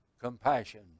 Compassion